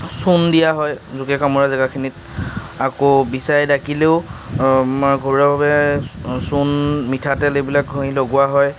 চূণ দিয়া হয় জোকে কামোৰা জেগাখিনিত আকৌ বিছাই ডাকিলেও ঘৰুৱাভাৱে চূণ মিঠাতেল এইবিলাক ঘঁহি লগোৱা হয়